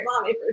mommy